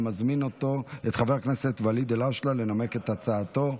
אני מזמין את חבר הכנסת ואליד אלהואשלה לנמק את הצעתו.